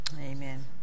Amen